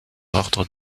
ordre